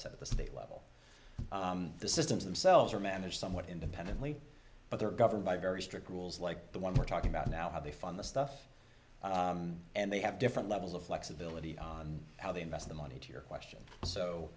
said at the state level the systems themselves are managed somewhat independently but they're governed by very strict rules like the one we're talking about now how they fund the stuff and they have different levels of flexibility on how they invest the money to your question so